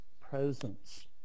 presence